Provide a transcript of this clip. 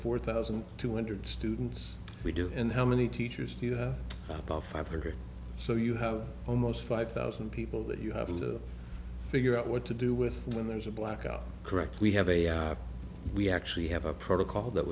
four thousand two hundred students we do and how many teachers you have about five hundred so you have almost five thousand people that you have to figure out what to do with and there's a blackout correct we have a we actually have a protocol that